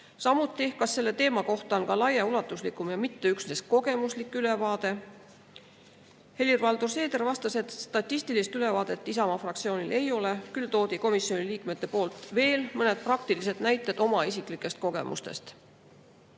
[küsimus], kas selle teema kohta on laiaulatuslikum ja mitte üksnes kogemuslik ülevaade. Helir-Valdor Seeder vastas, et statistilist ülevaadet Isamaa fraktsioonil ei ole. Küll tõid komisjoni liikmed veel mõned praktilised näited oma isiklikest kogemustest. Vabariigi